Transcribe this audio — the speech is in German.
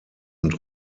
und